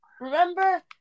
Remember